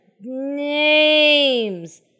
names